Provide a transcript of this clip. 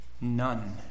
none